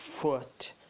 foot